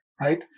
right